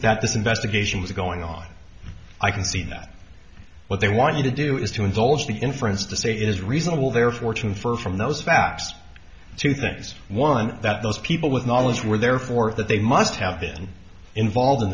that this investigation was going on i can see that what they want you to do is to indulge the inference to say it is reasonable their fortune for from those facts two things one that those people with knowledge were therefore that they must have been involved in